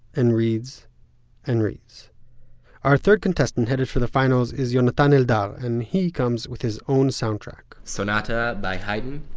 and reads and reads our third contestant headed for the finals is yonatan eldar, and he comes with his own soundtrack sonata by haydn